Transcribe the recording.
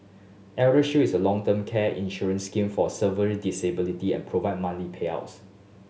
ElderShield is a long term care insurance scheme for severe disability and provide monthly payouts